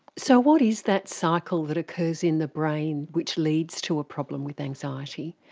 so what is that cycle that occurs in the brain which leads to a problem with anxiety?